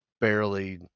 barely